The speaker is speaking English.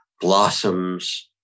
blossoms